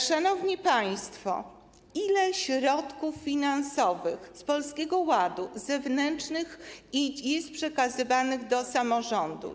Szanowni państwo, ile środków finansowych z Polskiego Ładu, zewnętrznych, jest przekazywanych do samorządu.